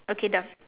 okay done